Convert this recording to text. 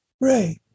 Right